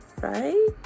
right